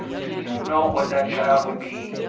do you know what that child would be?